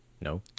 No